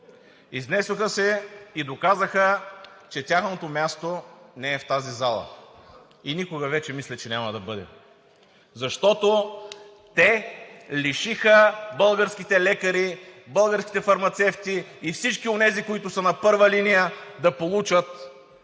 Изнесоха се и доказаха, че тяхното място не е в тази зала и никога вече, мисля, че няма да бъде, защото те лишиха българските лекари, българските фармацевти и всички онези, които са на първа линия да получат